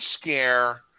scare